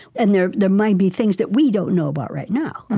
and there there might be things that we don't know about right now.